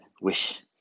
wish